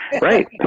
right